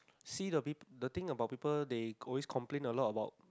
see a bit the thing about people they always complain a lot about